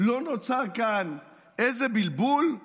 / לא נוצר כאן איזה בלבול?